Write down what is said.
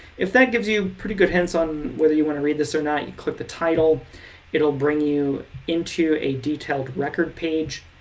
if that gives you pretty good hints on whether you want to read this or not you can click the title it'll bring you into a detailed record page.